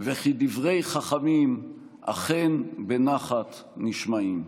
וכי דברי חכמים אכן בנחת נשמעים.